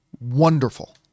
wonderful